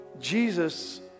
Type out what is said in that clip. Jesus